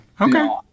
okay